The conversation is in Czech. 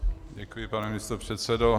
Děkuji, pane místopředsedo.